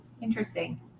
Interesting